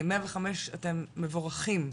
105 אתם מבורכים,